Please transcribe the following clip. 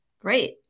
Great